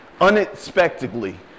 unexpectedly